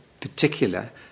particular